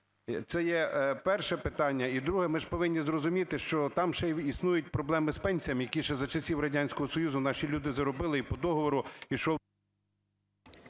Це є перше питання. І друге. Ми ж повинні зрозуміти, що там ще й існують проблеми з пенсіями, які ще за часів Радянського Союзу наші люди заробили і по договору ішов…